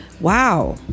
wow